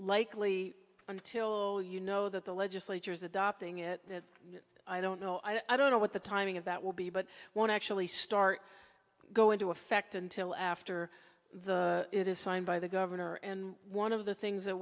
likely until you know that the legislature is adopting it i don't know i don't know what the timing of that will be but one actually start to go into effect until after the it is signed by the governor and one of the things that